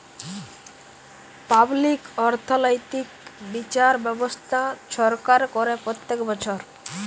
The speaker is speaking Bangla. পাবলিক অথ্থলৈতিক বিচার ব্যবস্থা ছরকার ক্যরে প্যত্তেক বচ্ছর